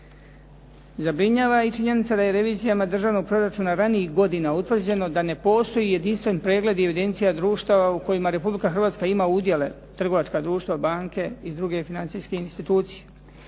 Zabrinjava i činjenica da je revizijama državnog proračuna ranijih godina utvrđeno da ne postoji jedinstveni pregled i evidencija društava u kojima Republika Hrvatska ima udjele trgovačka društva, banke i druge financijske institucije.